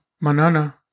Manana